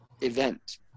event